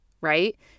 right